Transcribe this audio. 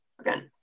Again